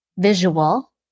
visual